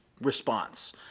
response